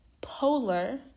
Polar